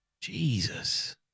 Jesus